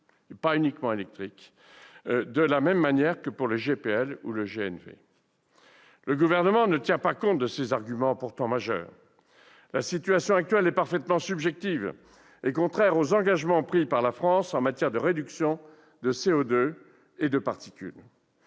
les véhicules hybrides dits de la même manière que pour le GPL ou le GNV. Le Gouvernement ne tient pas compte de ces arguments pourtant majeurs. La situation actuelle est parfaitement subjective et contraire aux engagements pris par la France en matière de réduction de CO2 et de particules.